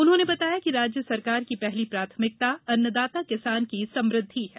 उन्होंने बताया कि राज्य सरकार की पहली प्राथमिकता अन्नदाता किसान की समृद्धि है